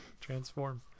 transform